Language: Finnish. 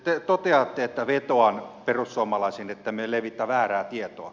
te toteatte että vetoan perussuomalaisiin ettemme levitä väärää tietoa